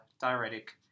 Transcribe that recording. diuretic